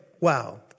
Wow